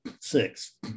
six